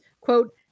quote